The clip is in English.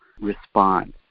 response